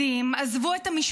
עזבו את הלימודים,